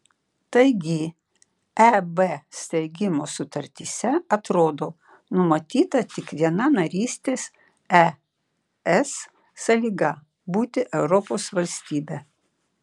taigi eb steigimo sutartyse atrodo numatyta tik viena narystės es sąlyga būti europos valstybe